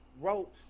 wrote